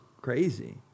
crazy